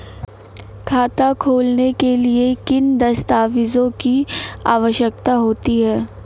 खाता खोलने के लिए किन दस्तावेजों की आवश्यकता होती है?